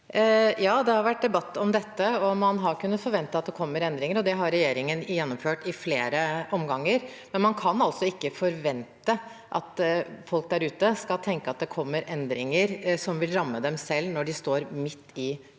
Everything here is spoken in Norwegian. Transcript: Ja, det har vært de- batt om dette, og man har kunnet forvente at det kommer endringer. Det har også regjeringen gjennomført i flere omganger. Men man kan ikke forvente at folk der ute skal tenke at det kommer endringer som vil ramme dem når de er midt i perioden.